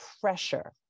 pressure